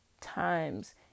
times